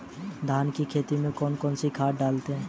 धान की खेती में कौन कौन सी खाद डालें?